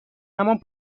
همان